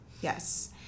Yes